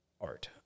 art